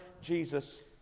Jesus